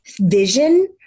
vision